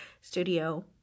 studio